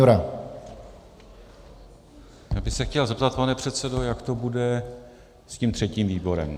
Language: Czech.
Já bych se chtěl zeptat, pane předsedo, jak to bude s tím třetím výborem.